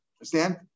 Understand